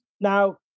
now